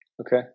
Okay